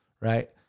Right